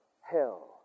hell